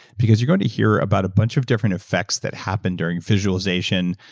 because you're going to hear about a bunch of different effects that happen during visualization,